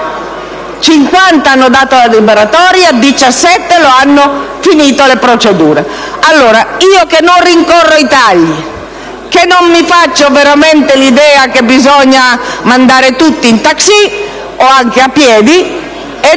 la lettera di liberatoria; 17 hanno terminato le procedure. Io, che non rincorro i tagli, che non mi faccio veramente l'idea che bisogna mandare tutti in taxi o anche a piedi